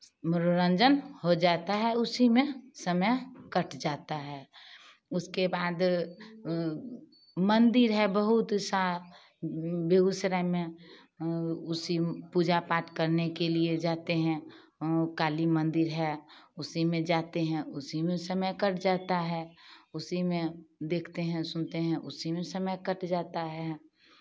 मनोरंजन हो जाता है उसी में समय कट जाता है उसके बाद मंदिर है बहुत सा बेगूसराय में उसी पूजा पाठ करने के लिए जाते हैं काली मंदिर है उसी में जाते हैं उसी में समय कट जाता है उसी में देखते हैं सुनते हैं उसी में समय कट जाता है